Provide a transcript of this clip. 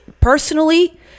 personally